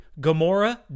gamora